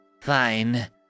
Fine